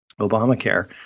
Obamacare